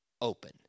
open